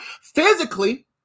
Physically